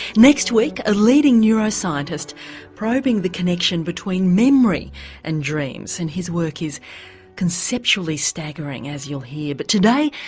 next week a leading neuroscientist probing the connection between memory and dreams and his work is conceptually staggering as you'll hear. but today,